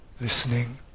listening